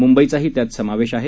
मुंबईचाही त्यात समावेश आहे